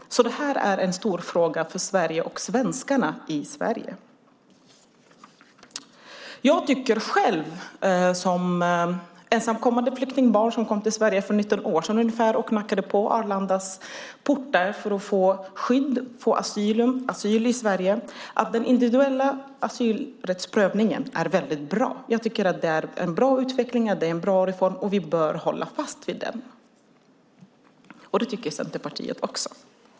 Det är alltså en stor fråga för Sverige och irakierna i Sverige. Jag tycker själv som ensamkommande flyktingbarn som kom till Sverige för ungefär 19 år sedan och knackade på Arlandas portar för att få skydd och asyl i Sverige att den individuella asylrättsprövningen är väldigt bra. Jag tycker att det är en bra utveckling och en bra reform, och vi bör hålla fast vid den. Det tycker även Centerpartiet.